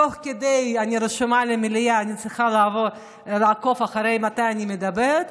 תוך כדי אני רשומה למליאה וצריכה לעקוב מתי אני מדברת.